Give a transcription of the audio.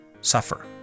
suffer